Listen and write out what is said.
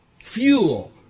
fuel